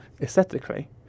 aesthetically